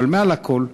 אבל מעל הכול,